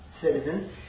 citizens